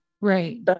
right